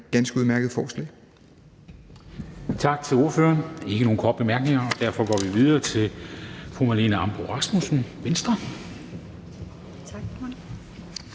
ganske udmærkede forslag.